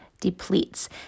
depletes